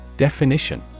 Definition